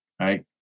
right